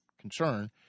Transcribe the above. concern